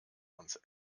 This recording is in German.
uns